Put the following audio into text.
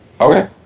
Okay